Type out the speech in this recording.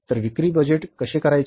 तर विक्री बजेट कसे करायचे